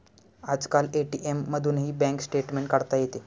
आजकाल ए.टी.एम मधूनही bank statement काढता येते